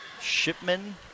Shipman